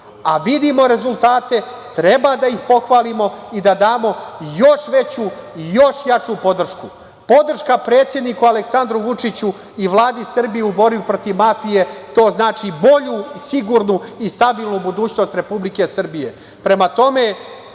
a vidimo rezultate, treba da ih pohvalimo i da damo još veću i još jaču podršku. Podrška predsedniku Aleksandru Vučiću i Vladi Srbije u borbi protiv mafije, to znači bolju, sigurnu i stabilnu budućnost Republike Srbije.